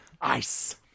ice